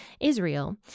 Israel